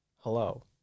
hello